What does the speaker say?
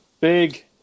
big